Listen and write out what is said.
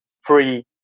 free